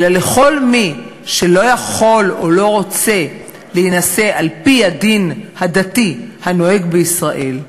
אלא לכל מי שלא יכול או לא רוצה להינשא על-פי הדין הדתי הנוהג בישראל,